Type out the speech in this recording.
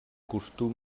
costum